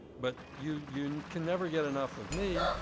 but you you can never get enough of me,